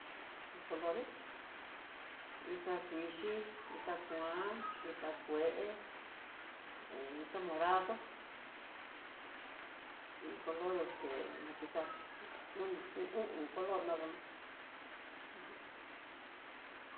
Los colores, itá kuixhii, itá kuan, ita kuee, he itá morado y color matixado oni o'on color nadamás ajan.